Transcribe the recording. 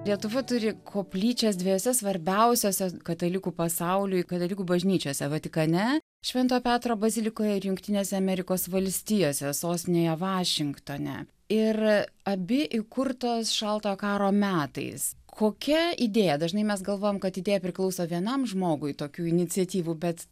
lietuva turi koplyčias dviejose svarbiausiose katalikų pasauliui katalikų bažnyčiose vatikane švento petro bazilikoje ir jungtinėse amerikos valstijose sostinėje vašingtone ir abi įkurtos šaltojo karo metais kokia idėja dažnai mes galvojam kad idėja priklauso vienam žmogui tokių iniciatyvų bet